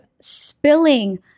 spilling